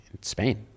Spain